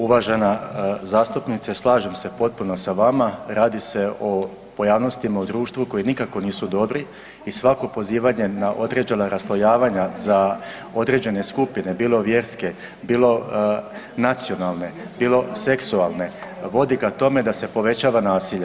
Uvažena zastupnice slažem se potpuno sa vama radi se o pojavnostima u društvu koje nikako nisu dobri i svako pozivanje na određena raslojavanja za određene skupine bilo vjerske, bilo nacionalne, bilo seksualne, vodi ka tome da se povećava nasilje.